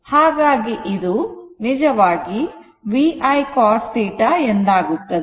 ಹಾಗಾಗಿ ಇದು ನಿಜವಾಗಿ V I cos θ ಎಂದಾಗುತ್ತದೆ